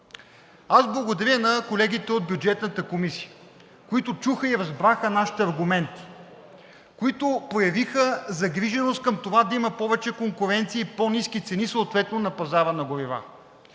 Благодаря на колегите от Бюджетната комисия, които чуха и разбраха нашите аргументи, които проявиха загриженост към това да има повече конкуренция и по-ниски цени съответно на пазара на горива,